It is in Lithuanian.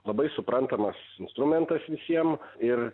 labai suprantamas instrumentas visiem ir